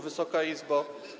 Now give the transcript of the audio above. Wysoka Izbo!